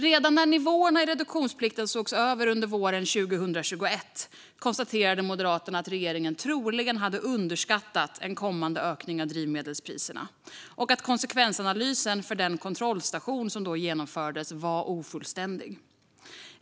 Redan när nivåerna i reduktionsplikten sågs över under våren 2021 konstaterade Moderaterna att regeringen troligen hade underskattat en kommande ökning av drivmedelspriserna och att konsekvensanalysen för den kontrollstation som då genomfördes var ofullständig.